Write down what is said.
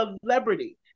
celebrity